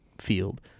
field